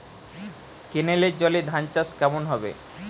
কেনেলের জলে ধানচাষ কেমন হবে?